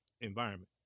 environment